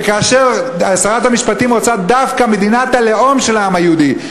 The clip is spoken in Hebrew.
וכאשר שרת המשפטים רוצה דווקא "מדינת הלאום של העם היהודי",